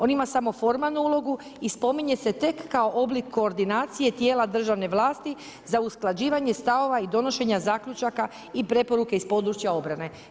On ima samo formalnu ulogu i spominje se tek kao oblik koordinacije tijela državne vlasti za usklađivanje stavova i donošenja zaključaka i preporuke iz područja obrane.